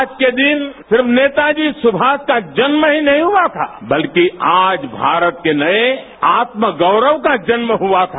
आज के दिन सिर्फ नेता जी सुमाष का जन्म ही नहीं हुआ था बल्कि आज भारत के नए आलगौरव का जन्म हुआ था